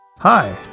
Hi